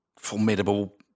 Formidable